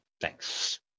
Thanks